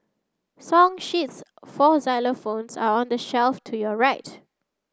song sheets for xylophones are on the shelf to your right